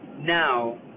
now